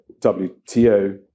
WTO